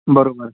बरं बरं